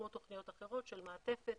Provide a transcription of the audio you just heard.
כמו תוכניות אחרות של מעטפת